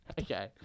Okay